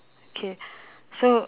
okay so